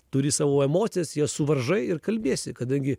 turi savo emocijas jas suvaržai ir kalbiesi kadangi